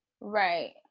right